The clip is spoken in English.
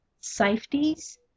safeties